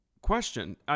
question